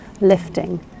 lifting